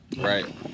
Right